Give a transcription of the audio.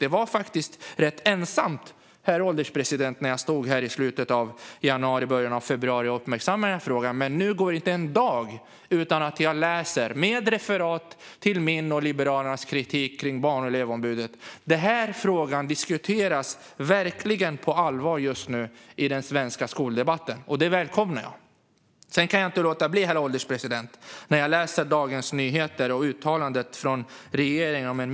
Det var annars rätt ensamt, herr ålderspresident, när jag i slutet av januari och början av februari uppmärksammade frågan. Men nu går det inte en dag utan att jag kan läsa hur man refererar till min och Liberalernas kritik mot Barn och elevombudet. Denna fråga diskuteras på allvar just nu i den svenska skoldebatten, vilket jag välkomnar. Jag kan dock inte låta bli att kommentera regeringens uttalande i Dagens Nyheter om en myndighetsöversyn, herr ålderspresident.